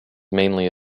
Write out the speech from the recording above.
mainly